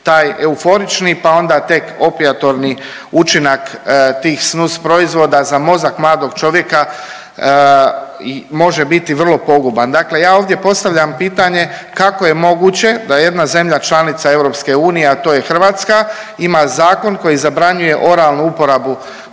taj euforični, pa onda tek opijatorni učinak tih snus proizvoda za mozak mladog čovjeka može biti vrlo poguban. Dakle, ja ovdje postavljam pitanje kako je moguće da jedna zemlja članica EU a to je Hrvatska ima zakon koji zabranjuje oralnu uporabu